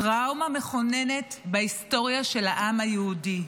טראומה מכוננת בהיסטוריה של העם היהודי.